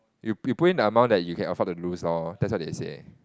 you you put in the amount that you can afford lose lor that's what they say